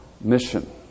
mission